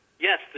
yes